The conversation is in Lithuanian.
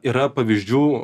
yra pavyzdžių